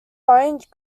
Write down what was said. orange